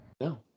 No